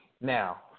Now